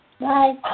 Bye